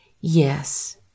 Yes